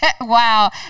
Wow